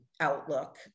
outlook